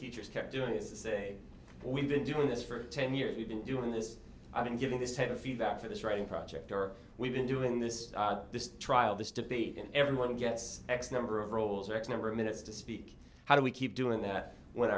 teachers can't do is to say we've been doing this for ten years we've been doing this i've been given this type of feedback for this writing project or we've been doing this this trial this debate and everyone gets x number of rolls or x number of minutes to speak how do we keep doing that when